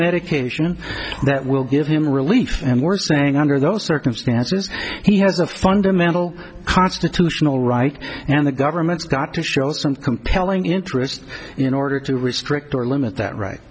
medication that will give him relief and we're saying under those circumstances he has a fundamental constitutional right and the government's got to show some compelling interest in order to restrict or limit that right